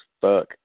fuck